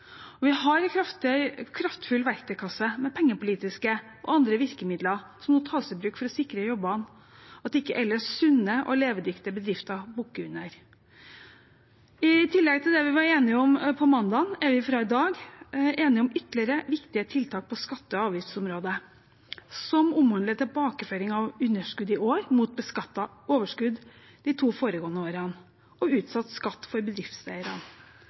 Vi har en kraftfull verktøykasse med pengepolitiske og andre virkemidler, som nå tas i bruk for å sikre jobbene, slik at ikke ellers sunne og levedyktige bedrifter bukker under. I tillegg til det vi var enige om på mandag, er vi fra i dag enige om ytterligere viktige tiltak på skatte- og avgiftsområdet som omhandler tilbakeføring av underskudd i år mot beskattet overskudd de to foregående årene og utsatt skatt for bedriftseierne.